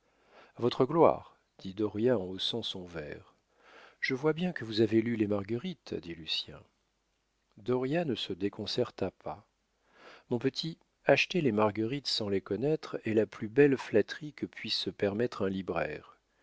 votre gloire dit dauriat en haussant son verre je vois bien que vous avez lu les marguerites dit lucien dauriat ne se déconcerta pas mon petit acheter les marguerites sans les connaître est la plus belle flatterie que puisse se permettre un libraire